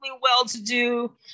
well-to-do